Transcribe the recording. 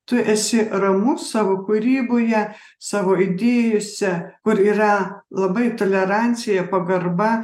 tu esi ramus savo kūryboje savo idėjose kur yra labai tolerancija pagarba